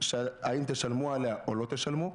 האם תשלמו עליה או לא תשלמו.